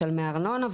משלמי ארנונה,